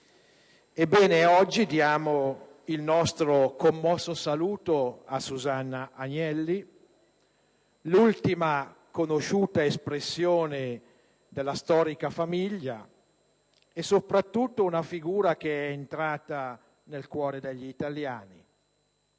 Ebbene, oggi diamo il nostro commosso saluto a Susanna Agnelli, l'ultima conosciuta espressione della storica famiglia e, soprattutto, figura che è entrata nel cuore degli italiani.